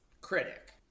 critic